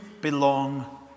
belong